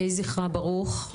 יהי זכרה ברוך.